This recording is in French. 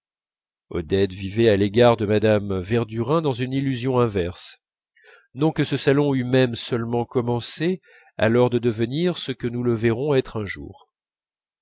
odette vivait à l'égard de mme verdurin dans une illusion inverse non que ce salon eût même seulement commencé alors de devenir ce que nous le verrons être un jour